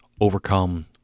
overcome